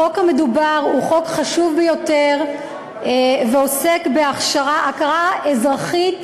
החוק המדובר הוא חוק חשוב ביותר ועוסק בהכרה אזרחית